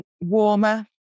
warmer